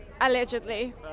allegedly